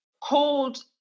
called